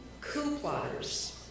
coup-plotters